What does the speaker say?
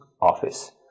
office